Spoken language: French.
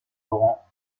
laurent